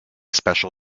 special